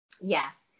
Yes